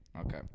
Okay